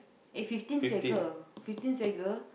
eh fifteen swagger fifteen swagger